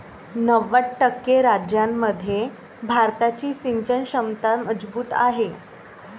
नव्वद टक्के राज्यांमध्ये भारताची सिंचन क्षमता मजबूत आहे